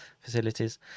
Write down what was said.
facilities